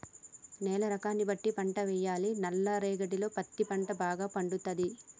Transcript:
నేల రకాన్ని బట్టి పంట వేయాలి నల్ల రేగడిలో పత్తి పంట భాగ పండుతది